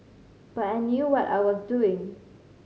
but I knew what I was doing